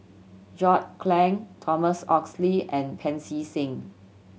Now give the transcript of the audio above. John Clang Thomas Oxley and Pancy Seng